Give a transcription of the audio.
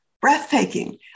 Breathtaking